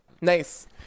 Nice